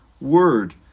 word